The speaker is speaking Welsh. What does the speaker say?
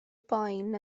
boen